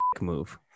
move